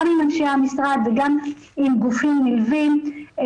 גם עם אנשי המשרד וגם עם גופים נלווים,